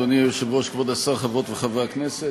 אדוני היושב-ראש, כבוד השר, חברות וחברי הכנסת,